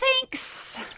thanks